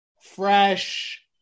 fresh